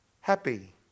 happy